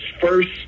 first